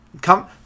Come